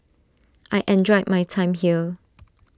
I enjoy my time here